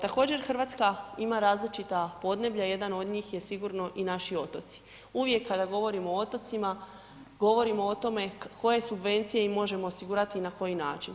Također Hrvatska ima različita podneblja, jedan od njih je sigurno i naši otoci, uvijek kada govorimo o otocima, govorimo o tome koje subvencije im možemo osigurati i na koji način.